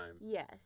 Yes